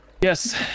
Yes